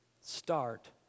Start